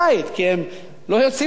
כי הם לא יוצאים החוצה,